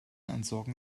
entsorgen